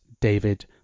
David